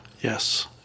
Yes